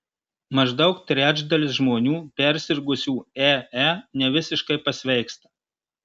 maždaug trečdalis žmonių persirgusių ee nevisiškai pasveiksta